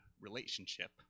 relationship